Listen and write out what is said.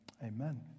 Amen